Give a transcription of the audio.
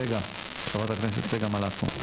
חברת הכנסת צגה מלקו.